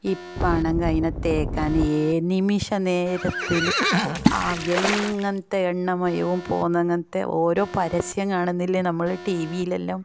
ഇപ്പോൾ ആണെങ്കിൽ അതിനെ തേക്കാൻ നിമിഷ നേരത്തിൽ ആ എങ്ങനത്തെ എണ്ണമയവും പോകുന്നങ്ങനത്തെ ഓരോ പരസ്യം കാണുന്നില്ലേ നമ്മൾ ടി വിയിലെല്ലാം